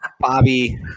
Bobby